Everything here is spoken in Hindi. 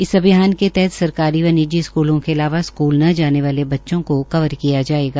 इस अभियान के तहत सरकारी व निजी स्कूलों के अलावा स्कूल न जाने वाले बच्चों को कवर किया जायेगा